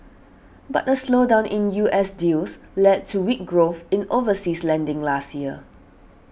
but a slowdown in U S deals led to weak growth in overseas lending last year